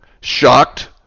Shocked